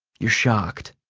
you're shocked.